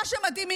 מה שמדהים,